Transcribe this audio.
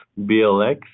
BLX